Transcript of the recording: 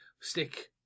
Stick